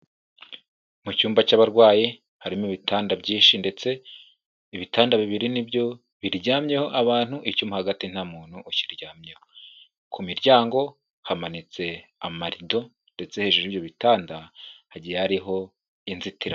Mu cyumba cy'abarwayi, harimo ibitanda byinshi ndetse ibitanda bibiri nibyo biryamyeho abantu, icyo mo hagati nta muntu ukiryamyeho. Ku miryango hamanitse amarido ndetse hejuru y'ibitanda hagiye hariho inzitiramibu.